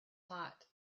hot